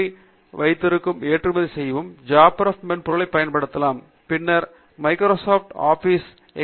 L வடிவத்திற்கு ஏற்றுமதி செய்ய ஜாப்ரெப் மென்பொருளைப் பயன்படுத்தலாம் பின்னர் மைக்ரோசாப்ட் ஆபீஸ் எஸ்